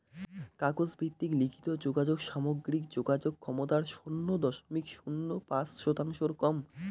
কাগজ ভিত্তিক লিখিত যোগাযোগ সামগ্রিক যোগাযোগ ক্ষমতার শুন্য দশমিক শূন্য পাঁচ শতাংশর কম